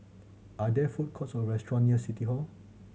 are there food courts or restaurant near City Hall